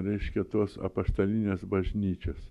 reiškia tuos apaštalinės bažnyčios